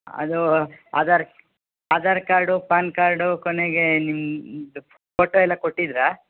ಅದು Aadhaar Aadhaar card PAN card ಕೊನೆಗೆ ನಿಮ್ಮದು ಫೋಟೋ ಎಲ್ಲ ಕೊಟ್ಟಿದ್ದಿರಾ